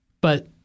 But-